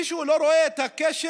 מישהו לא רואה את הקשר